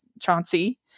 chauncey